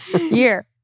year